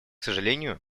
сожалению